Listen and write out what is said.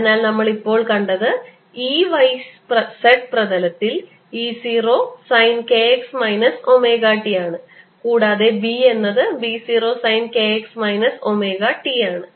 അതിനാൽ നമ്മൾ ഇപ്പോൾ കണ്ടത് E y z പ്രതലത്തിൽ E 0 sine k x minus omega t ആണ് കൂടാതെ B എന്നത് B 0 sine k x minus omega t ആണ്